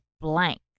blank